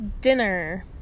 dinner